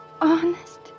Honest